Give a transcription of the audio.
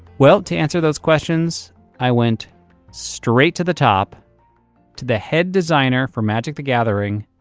well, to answer those questions i went straight to the top to the head designer for magic the gathering,